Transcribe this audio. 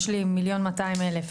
יש לי 1.200 מיליון,